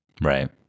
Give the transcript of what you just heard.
right